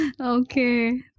Okay